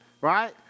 Right